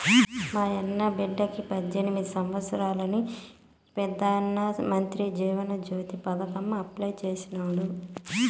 మాయన్న బిడ్డకి పద్దెనిమిది సంవత్సారాలని పెదానమంత్రి జీవన జ్యోతి పదకాంల అప్లై చేసినాడు